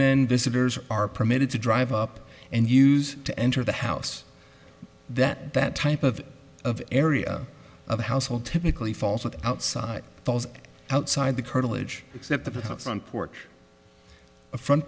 visitors are permitted to drive up and use to enter the house that that type of of area of household typically falls outside falls outside the curtilage except the front porch a front